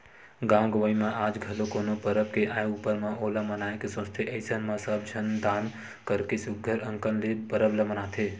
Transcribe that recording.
गाँव गंवई म आज घलो कोनो परब के आय ऊपर म ओला मनाए के सोचथे अइसन म सब झन दान करके सुग्घर अंकन ले परब ल मनाथे